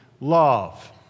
love